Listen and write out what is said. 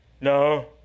No